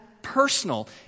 personal